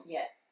Yes